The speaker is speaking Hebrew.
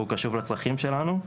והוא קשוב לצרכים שלנו.